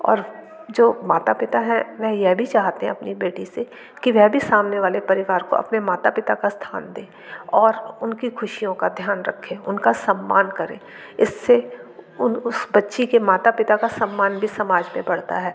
और जो माता पिता हैं वे यह भी चाहते हैं अपनी बेटी से कि वह भी सामने वाले परिवार को अपने माता पिता का स्थान दे और उनकी ख़ुशियों का ध्यान रखे उनका सम्मान करे इससे उन उस बच्ची के माता पिता का सम्मान भी समाज में बढ़ता है